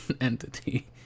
entity